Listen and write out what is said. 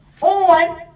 on